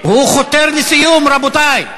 הוא חותר לסיום, רבותי.